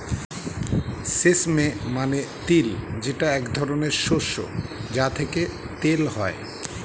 sesame মানে তিল যেটা এক ধরনের শস্য যা থেকে তেল হয়